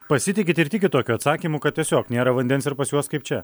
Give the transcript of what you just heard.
pasitikit ir tikit tokiu atsakymu kad tiesiog nėra vandens ir pas juos kaip čia